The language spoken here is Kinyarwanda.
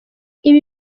ibi